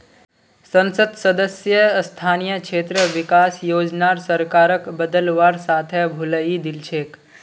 संसद सदस्य स्थानीय क्षेत्र विकास योजनार सरकारक बदलवार साथे भुलई दिल छेक